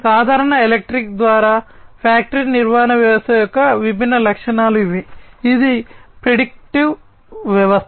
సాధారణ ఎలక్ట్రిక్ ద్వారా ఫ్యాక్టరీ నిర్వహణ వ్యవస్థ యొక్క విభిన్న లక్షణాలు ఇవి ఇది ప్రిడిక్స్ వ్యవస్థ